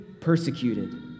persecuted